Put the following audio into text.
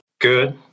Good